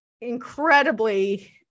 incredibly